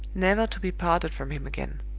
never to be parted from him again.